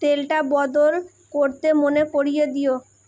তেলটা বদল করতে মনে করিয়ে দিও